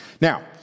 Now